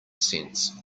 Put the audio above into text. cents